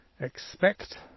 expect